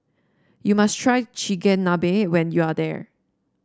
you must try Chigenabe when you are there